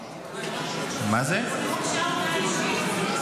הוגשה הודעה אישית?